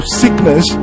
sickness